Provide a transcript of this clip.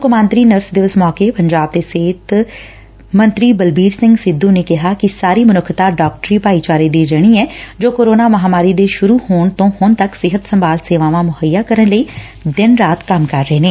ਕੌਮਾਂਤਰੀ ਨਰਸ ਦਿਵਸ ਸੌਕੇ ਪੰਜਾਬ ਦੇ ਸਿਹਤ ਮੰਤਰੀ ਬਲਬੀਰ ਸਿੰਘ ਨੇ ਕਿਹਾ ਕਿ ਸਾਰੀ ਮਨੁੱਖਤਾ ਡਾਕਟਰੀ ਭਾਈਚਾਰੇ ਦੀ ਰਿਣੀ ਐ ਜੋ ਕੋਰੋਨਾ ਮਹਾਂਮਾਰੀ ਦੇ ਸੁਰੁ ਹੋਣ ਤੋਂ ਹੁਣ ਤੱਕ ਸਿਹਤ ਸੰਭਾਲ ਸੇਵਾਵਾਂ ਮੁਹੱਈਆ ਕਰਨ ਲਈ ਦਿਨ ਰਾਤ ਕੰਮ ਕਰ ਰਹੇ ਨੇ